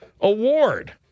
Award